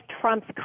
Trump's